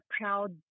proud